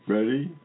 Ready